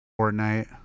Fortnite